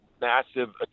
massive